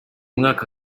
mwaka